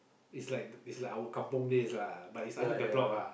is like our is like our kampung days lah but it's under the block ah